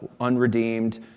unredeemed